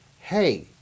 hey